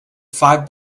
five